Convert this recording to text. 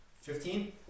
Fifteen